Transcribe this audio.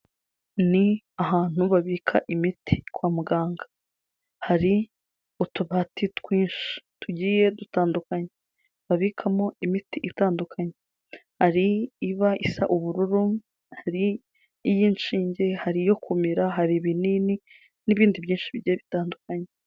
Ni ahantu babika imiti kwa muganga, hari utubati twinshi tugiye dutandukanye babikamo imiti itandukanye, hari iba isa ubururu, hari iy'inshinge, hari iyo kumira, hari ibinini, n'ibindi byinshi bigiye bitandukanye.